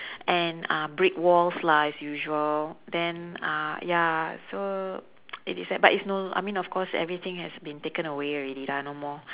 and uh brick walls lah as usual then uh ya so it is the~ but it's no but of course everything has been taken away already lah no more